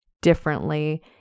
differently